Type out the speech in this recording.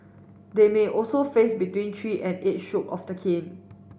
they may also face between three and eight stroke of the cane